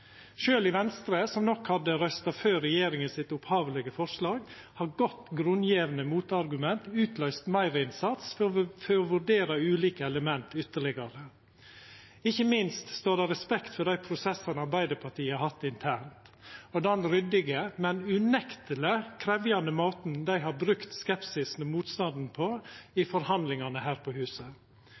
i Venstre, som nok hadde røysta for regjeringas opphavlege forslag, har godt grunngjevne motargument utløyst meirinnsats for å vurdera ulike element ytterlegare, og ikkje minst står det respekt av dei prosessane Arbeidarpartiet har hatt internt, og den ryddige, men unekteleg krevjande måten dei har brukt skepsisen og motstanden på i forhandlingane her på huset.